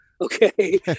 okay